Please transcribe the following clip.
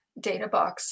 Databox